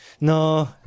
No